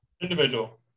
Individual